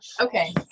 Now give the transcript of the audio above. Okay